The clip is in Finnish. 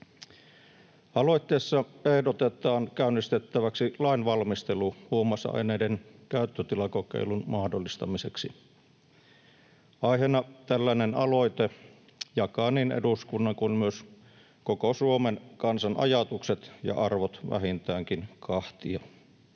Aloitteessa ehdotetaan käynnistettäväksi lainvalmistelu huumausaineiden käyttötilakokeilun mahdollistamiseksi. Aiheena tällainen aloite jakaa niin eduskunnan kuin myös koko Suomen kansan ajatukset ja arvot vähintäänkin kahtia.